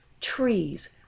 trees